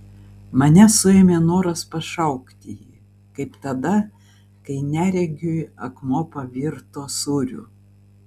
mane suėmė noras pašaukti jį kaip tada kai neregiui akmuo pavirto sūriu